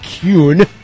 Kuhn